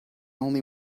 only